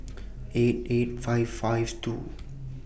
eight eight five five two